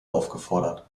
aufgefordert